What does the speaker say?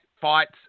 fights